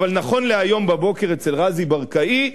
אבל נכון להיום בבוקר אצל רזי ברקאי,